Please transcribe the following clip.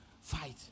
Fight